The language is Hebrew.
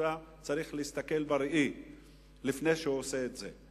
החוק צריך להסתכל בראי לפני שהוא עושה את זה,